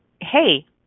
hey